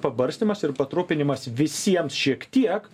pabarstymas ir patrupinimas visiems šiek tiek